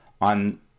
on